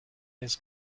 his